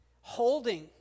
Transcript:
holding